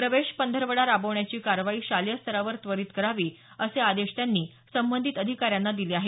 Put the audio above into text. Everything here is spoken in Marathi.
प्रवेश पंधरवाडा राबवण्याची कारवाई शालेयस्तरावर त्वरीत करावी असे आदेश त्यांनी संबंधित अधिकाऱ्यांना दिले आहेत